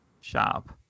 Sharp